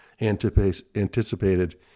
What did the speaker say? anticipated